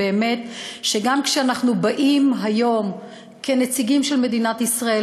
גם כשאנחנו באים היום כנציגים של מדינת ישראל,